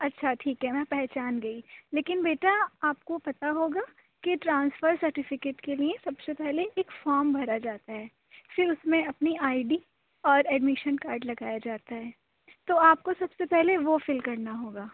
اچھا ٹھیک ہے میں پہچان گئی لیکن بیٹا آپ کو پتا ہوگا کہ ٹرانسفر سرٹیفکٹ کے لیے سب سے پہلے ایک فارم بھرا جاتا ہے پھر اُس میں اپنی آئی ڈی اور ایڈمیشن کارڈ لگایا جاتا ہے تو آپ کو سب سے پہلے وہ فل کرنا ہوگا